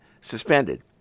suspended